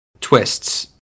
twists